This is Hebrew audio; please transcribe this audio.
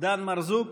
דן מרזוק?